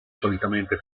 solitamente